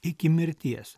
iki mirties